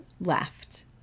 left